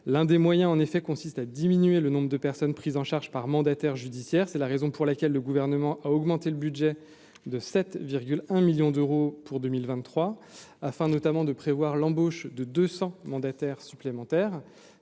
l'un des moyens, en effet, consiste à diminuer le nombre de personnes prises en charge par mandataire judiciaire, c'est la raison pour laquelle le gouvernement a augmenté le budget de 7 virgule 1 millions d'euros pour 2023, afin notamment de prévoir l'embauche de 200 mandataire supplémentaires,